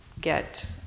get